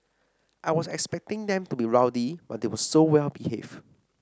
I was expecting them to be rowdy but they were so well behaved